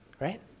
right